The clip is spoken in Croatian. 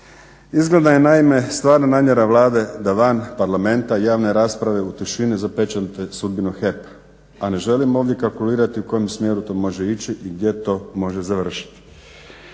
Izgleda je naime stvarna namjera Vlade da van parlamenta i javne rasprave u tišini zapečate sudbinu HEP-a, a ne želim ovdje kalkulirati u kojem smjeru to može ići i gdje to može završiti.